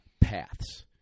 paths